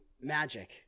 magic